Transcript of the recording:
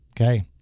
okay